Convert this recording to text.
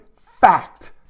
fact